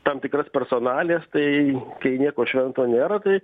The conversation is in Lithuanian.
tam tikras personalijas tai kai nieko švento nėra tai